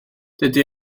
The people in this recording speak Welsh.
dydy